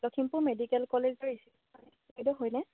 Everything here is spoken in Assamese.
লখিমপুৰ মেডিকেল কলেজৰ ৰিচিপচনিষ্ট বাইদেউ হয়নে